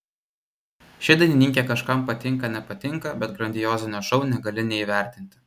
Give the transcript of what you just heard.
ši dainininkė kažkam patinka nepatinka bet grandiozinio šou negali neįvertinti